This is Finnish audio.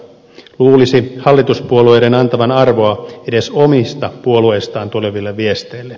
luulisi hallituspuolueiden antavan arvoa edes omista puolueistaan tuleville viesteille